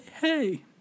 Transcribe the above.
hey